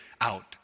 out